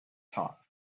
top